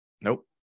Nope